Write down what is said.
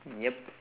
yup